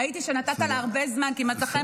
ראיתי שנתת לה הרבה זמן כי מצא חן